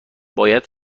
باید